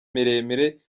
miremire